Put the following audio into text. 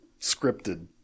scripted